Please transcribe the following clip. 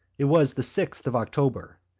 it was the sixth of october,